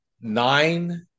nine